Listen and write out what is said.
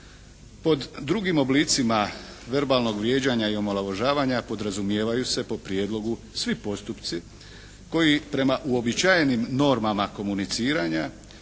Pod drugim oblicima verbalnog vrijeđanja i omalovažavanja podrazumijevaju se po prijedlogu svi postupci koji prema uobičajenim normama komuniciranja